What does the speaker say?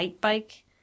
bike